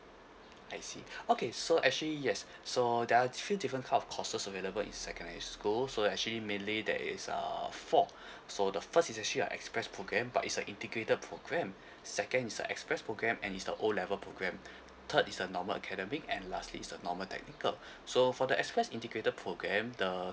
I see okay so actually yes so there are three different kind of courses available in secondary school so actually mainly there is err four so the first is actually a express program but it's a integrated program second is a express program and it's the O level program third is a normal academic and lastly is a normal technical so for the express integrated program the